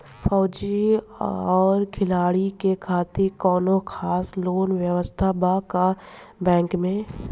फौजी और खिलाड़ी के खातिर कौनो खास लोन व्यवस्था बा का बैंक में?